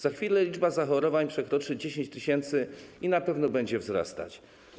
Za chwilę liczba zachorowań przekroczy 10 tys. i na pewno będzie wzrastać.